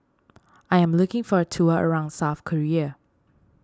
I am looking for a tour around South Korea